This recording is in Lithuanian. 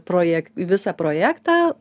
proje visą projektą